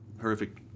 horrific